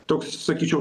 toks sakyčiau